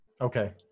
Okay